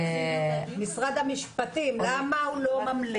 למה משרד המשפטים לא ממליץ?